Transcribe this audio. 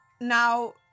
now